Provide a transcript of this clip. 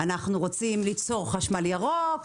אנחנו רוצים ליצור חשמל ירוק.